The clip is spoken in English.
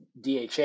DHA